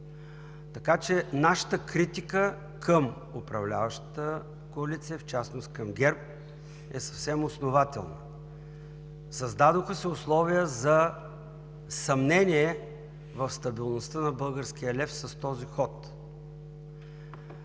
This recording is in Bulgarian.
такива. Нашата критика към управляващата коалиция, в частност към ГЕРБ, е съвсем основателна. Създадоха се условия за съмнение в стабилността на българския лев с този ход.